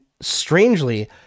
strangely